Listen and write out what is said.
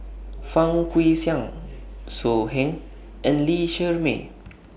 Fang Guixiang So Heng and Lee Shermay